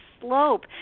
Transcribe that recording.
slope